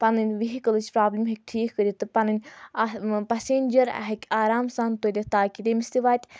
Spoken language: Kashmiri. پَنٕنۍ وِہکلٕچ پرابلِم ہیٚکہِ ٹھیٖک کٔرِتھ تہٕ پَنٕنۍ پَسینجَر ہیٚکہِ آرام سان تُلِتھ تاکہِ تٔمِس تہِ وَتہِ